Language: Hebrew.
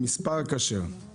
עם מספר כשר.